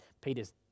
Peter's